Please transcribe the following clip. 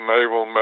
Naval